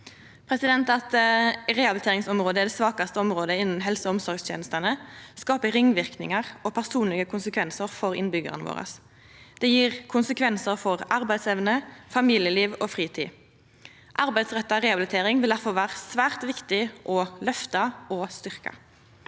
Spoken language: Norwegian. At rehabiliteringsområdet er det svakaste området innan helse- og omsorgstenestene, skaper ringverknader og personlege konsekvensar for innbyggjarane våre. Det gjev konsekvensar for arbeidsevne, familieliv og fritid. Arbeidsretta rehabilitering vil difor vera svært viktig å løfta og styrkja.